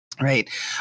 Right